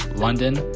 london,